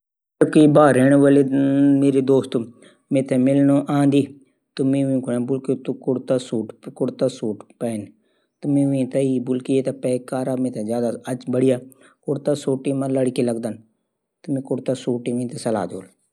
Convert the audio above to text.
आज मिन सुबेर आखरी चीज गौथू बोडी खैनी। जू गैथ हूंदन ऊंथै पीस पासी की फिर बोडी दींदन फिर घाम मा सुखांदा छन फिर घाम मा सुखी कि करकरी हवे जांदन। फिर बोडी तेल मा तलन छन फिर ज्खया प्याज फिर भूनी की बडान दुई अलू भी डाल द्या त बहुत बढिय़ा बणी जांदू